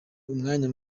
umwanya